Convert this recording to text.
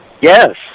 yes